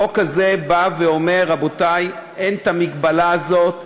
החוק הזה בא ואומר: רבותי, אין את המגבלה הזאת.